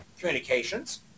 Communications